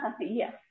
Yes